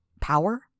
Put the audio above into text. Power